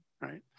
right